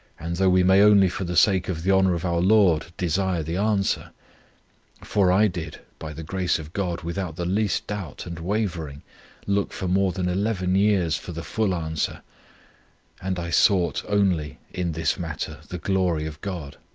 and though we may only for the sake of the honour of our lord desire the answer for i did, by the grace of god, without the least doubt and wavering look for more than eleven years for the full answer and i sought only in this matter the glory of god.